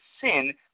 sin